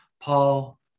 Paul